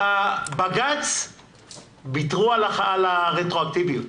בבג"ץ ויתרו על הרטרואקטיביות.